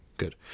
good